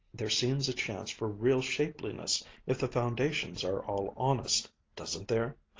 there seems a chance for real shapeliness if the foundations are all honest doesn't there?